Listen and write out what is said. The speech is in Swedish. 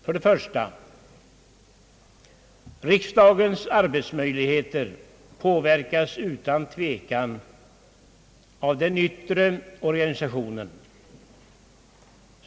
För det första påverkas riksdagens arbetsmöjligheter utan tvekan av den yttre organisationen.